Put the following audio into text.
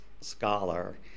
scholar